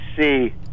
see